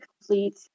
complete